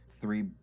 three